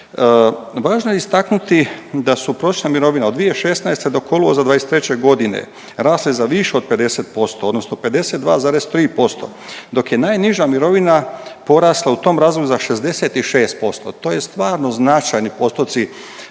Važno je istaknuti da su prosječna mirovina od 2016. do kolovoza 2023. godine rasle za više od 50%, odnosno 52,3% dok je najniža mirovina porasla u tom razdoblju za 66%. To je stvarno značajni postotci,